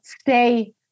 stay